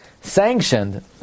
sanctioned